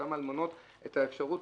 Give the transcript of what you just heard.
אותן אלמנות את האפשרות,